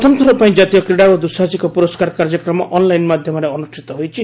ପ୍ରଥମଥର ପାଇଁ କାତୀୟ କ୍ରୀଡ଼ା ଓ ଦୁଃସାହସିକ ପୁରସ୍କାର କାର୍ଯ୍ୟକ୍ରମ ଅନ୍ଲାଇନ ମାଧ୍ୟମରେ ଅନୁଷ୍ଠିତ ହୋଇଛି